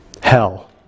hell